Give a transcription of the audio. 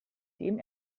dem